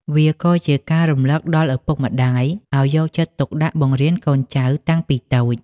វាក៏ជាការរំលឹកដល់ឪពុកម្ដាយ ឱ្យយកចិត្តទុកដាក់បង្រៀនកូនចៅតាំងពីតូច។